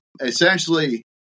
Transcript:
essentially